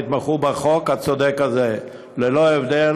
יתמכו בחוק הצודק הזה ללא הבדל,